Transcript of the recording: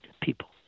people